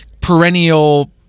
perennial